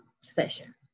session